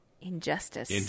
injustice